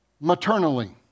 maternally